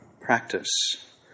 practice